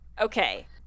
Okay